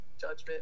judgment